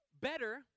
better